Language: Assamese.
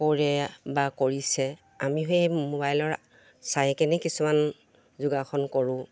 কৰে বা কৰিছে আমিহে এই মোবাইলৰ চাই কেনে কিছুমান যোগাসন কৰোঁ